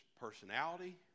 personality